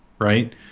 Right